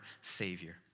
Savior